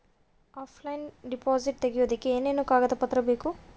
Offline deposit ತೆಗಿಯೋದಕ್ಕೆ ಏನೇನು ಕಾಗದ ಪತ್ರ ಬೇಕು?